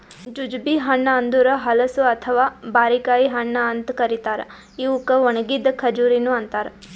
jujube ಹಣ್ಣ ಅಂದುರ್ ಹಲಸು ಅಥವಾ ಬಾರಿಕಾಯಿ ಹಣ್ಣ ಅಂತ್ ಕರಿತಾರ್ ಇವುಕ್ ಒಣಗಿದ್ ಖಜುರಿನು ಅಂತಾರ